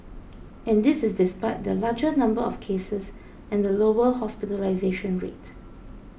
and this is despite the larger number of cases and the lower hospitalisation rate